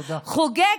חוגג,